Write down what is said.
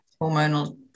hormonal